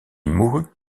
mourut